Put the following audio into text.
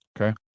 Okay